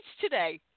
today